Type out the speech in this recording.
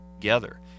together